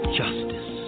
justice